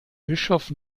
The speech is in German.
bischof